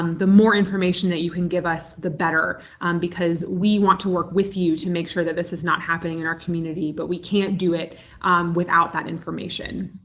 um the more information that you can give us, the better because we want to work with you to make sure that this is not happening in our community, but we can't do it without that information.